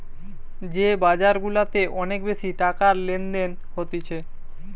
যে বাজার গুলাতে অনেক বেশি টাকার লেনদেন হতিছে